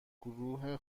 گروه